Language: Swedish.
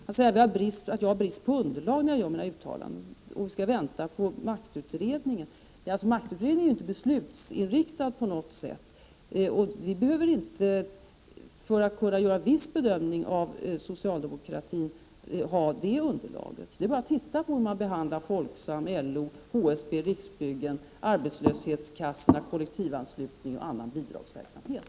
Kurt Ove Johansson säger att jag har brist på underlag när jag gör mina uttalanden och att vi skall vänta på maktutredningen. Maktutredningen är inte beslutsinriktad, och för att kunna göra en viss bedömning av socialdemokratin behöver vi inte ha det underlaget. Det är bara att titta på hur socialdemokraterna behandlar Folksam, LO, HSB, Riksbyggen, arbetslöshetskassorna, kollektivanslutningen och annan bidragsverksamhet.